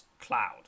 cloud